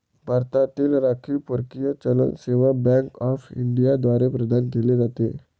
भारतातील राखीव परकीय चलन सेवा बँक ऑफ इंडिया द्वारे प्रदान केले जाते